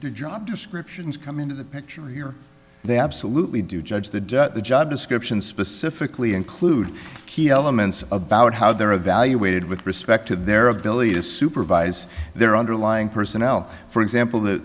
descriptions come into the picture here they absolutely do judge the jet the job description specifically include key elements about how they're evaluated with respect to their ability to supervise their underlying personnel for example that